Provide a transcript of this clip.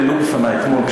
העלו בפני אתמול,